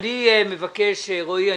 רועי,